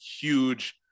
huge